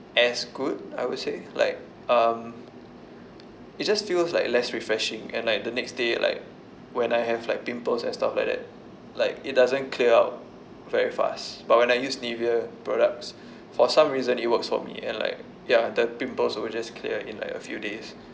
as good I would say like um it just feels like less refreshing and like the next day like when I have like pimples and stuff like that like it doesn't clear out very fast but when I use Nivea products for some reason it works for me and like ya the pimples will just clear in like a few days